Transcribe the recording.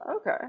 Okay